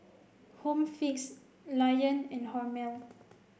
Home Fix Lion and Hormel